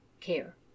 care